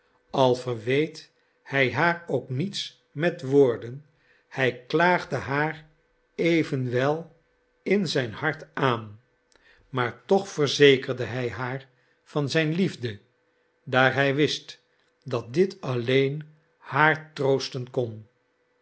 al verweet hij haar ook niets met woorden hij klaagde haar evenwel in zijn hart aan maar toch verzekerde hij haar van zijn liefde daar hij wist dat dit alleen haar troosten kon